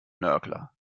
nörgler